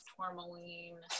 tourmaline